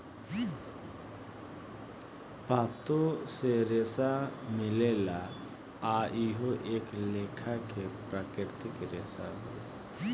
पातो से रेसा मिलेला आ इहो एक लेखा के प्राकृतिक रेसा होला